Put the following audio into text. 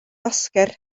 oscar